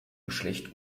geschlecht